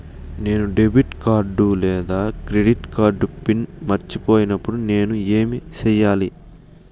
నేను debit card లేదా credit card pin మర్చిపోయినప్పుడు నేను ఏమి సెయ్యాలి?